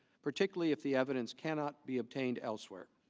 particularly if the evidence cannot be obtained elsewhere.